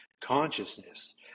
consciousness